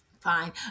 Fine